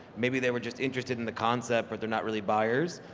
maybe they were just interested in the concept but they're not really buyers.